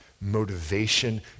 motivation